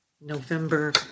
November